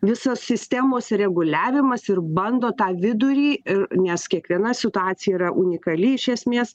visas sistemos reguliavimas ir bando tą vidurį ir nes kiekviena situacija yra unikali iš esmės